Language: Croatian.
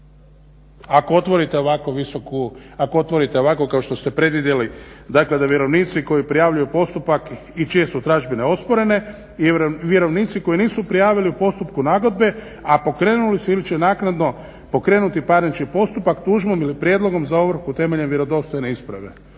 ako otvorite ovako kao što ste predvidjeli dakle da vjerovnici koji prijavljuju postupak i čije su tražbine osporene i vjerovnici koji nisu prijavili u postupku nagodbe, a pokrenuli su ili će naknadno pokrenuti parnični postupak tužbom ili prijedlogom za ovrhu temeljem vjerodostojne isprave.